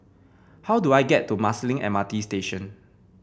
how do I get to Marsiling M R T Station